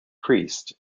priest